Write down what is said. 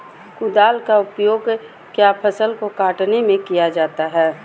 कुदाल का उपयोग किया फसल को कटने में किया जाता हैं?